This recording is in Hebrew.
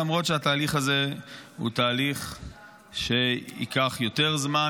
למרות שהתהליך הזה הוא תהליך שייקח יותר זמן